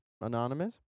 anonymous